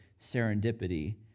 serendipity